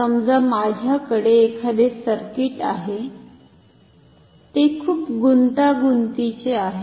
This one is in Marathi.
समजा माझ्याकडे एखादे सर्किट आहे ते खूप गुंतागुंतीचे आहे